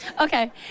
Okay